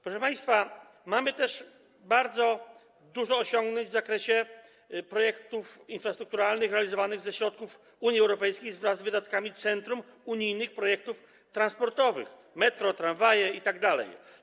Proszę państwa, mamy też dużo osiągnięć w zakresie projektów infrastrukturalnych realizowanych ze środków Unii Europejskiej wraz z wydatkami Centrum Unijnych Projektów Transportowych: metro, tramwaje itd.